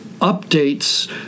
updates